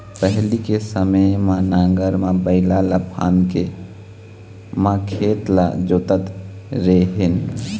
पहिली के समे म नांगर म बइला ल फांद के म खेत ल जोतत रेहेन